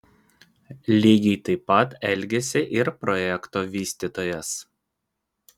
lygiai taip pat elgėsi ir projekto vystytojas